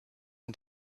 und